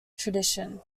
tradition